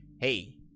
hey